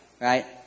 Right